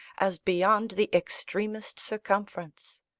as beyond the extremest circumference.